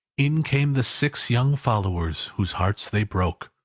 in came the six young followers whose hearts they broke.